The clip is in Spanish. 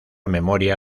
memoria